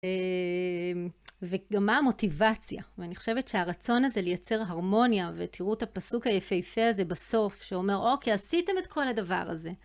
וגם מה המוטיבציה, ואני חושבת שהרצון הזה לייצר הרמוניה, ותראו את הפסוק היפהפה הזה בסוף, שאומר אוקיי, עשיתם את כל הדבר הזה.